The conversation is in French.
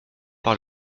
par